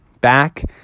back